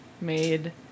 made